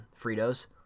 fritos